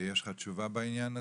יש לך תשובה בעניין הזה?